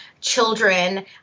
children